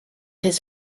his